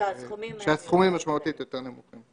שהסכומים משמעותית יותר נמוכים.